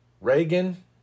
Reagan